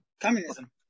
Communism